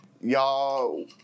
Y'all